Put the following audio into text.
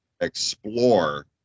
explore